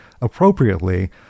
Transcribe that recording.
appropriately